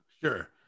Sure